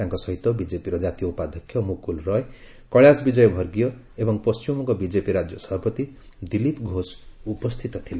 ତାଙ୍କ ସହିତ ବିଜେପିର ଜାତୀୟ ଉପାଧ୍ୟକ୍ଷ ମୁକୁଲ ରଏ କୈଳାସ ବିଜୟ ଭର୍ଗିୟ ଏବଂ ପଣ୍ଢିମବଙ୍ଗ ବିଜେପି ରାଜ୍ୟ ସଭାପତି ଦିଲ୍ଲୀପ ଘୋଷ ଉପସ୍ଥିତ ଥିଲେ